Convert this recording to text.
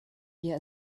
wir